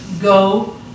go